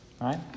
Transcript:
Right